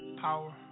power